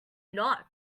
not